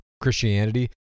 Christianity